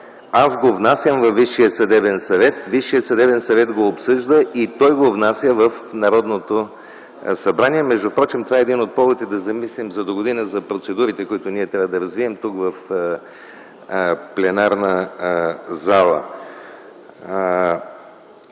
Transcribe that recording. Аз го внасям във Висшия съдебен съвет, Висшият съдебен съвет го обсъжда и той го внася в Народното събрание. Впрочем това е един от поводите да се замислим за догодина за процедурите, които ние трябва да развием тук, в пленарната зала.